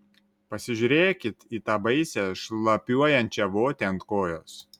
pasižiūrėkit į tą baisią šlapiuojančią votį ant kojos